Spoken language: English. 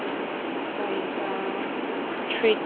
size three